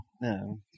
No